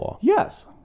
Yes